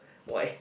white